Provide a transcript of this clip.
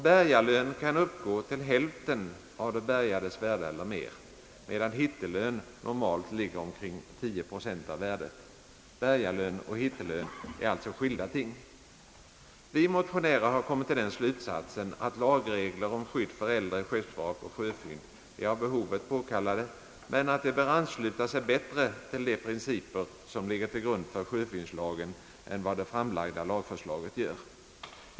Bärgarlön kan uppgå till hälften av det bärgades värde eller mer, medan hittelön normalt ligger omkring 10 procent av värdet. Bärgarlön och hittelön är alltså skilda ting. Vi motionärer har kommit till den slutsatsen, att lagregler om skydd för äldre skeppsvrak och sjöfynd är av behovet påkallade men att de bör ansluta sig bättre till de principer som ligger till grund för sjöfyndslagen än vad det framlagda lagförslaget gör.